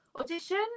audition